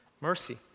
Mercy